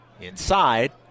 Inside